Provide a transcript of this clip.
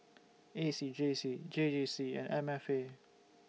A C J C J J C and M F A